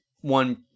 one